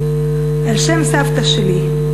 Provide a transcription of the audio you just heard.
על-שם סבתא שלי,